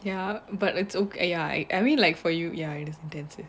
ya but it's oh !aiya! I mean like for you ya it's intensive